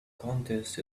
contest